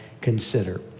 consider